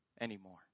anymore